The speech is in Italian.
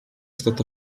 stato